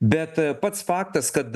bet pats faktas kad